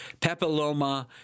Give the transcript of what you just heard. papilloma